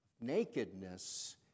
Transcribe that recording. nakedness